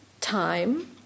time